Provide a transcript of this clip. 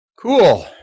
Cool